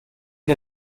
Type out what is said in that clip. dir